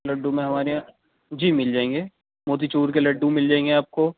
لڈو میں ہمارے یہاں جی مل جائیں گے موتی چور کے لڈو مل جائیں گے آپ کو